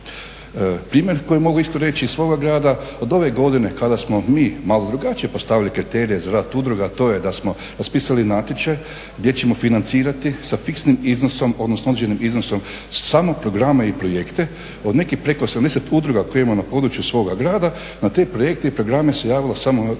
Primjer koji isto mogu reći iz svoga grada, od ove godine kada smo mi malo drugačije postavili kriterije za rad udruga, a to je da smo raspisali natječaj gdje ćemo financirati sa fiksnim iznosom, odnosno određenim iznosom samo programe i projekte od nekih preko 80 udruga koje imamo na području svoga grada, na te projekte i programe se je javilo samo nekih, nešto